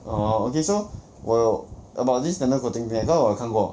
orh okay so 我有 about this nano coating thing because 我有看过